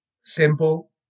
simple